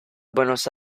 buenos